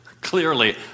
Clearly